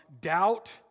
doubt